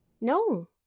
No